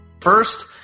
First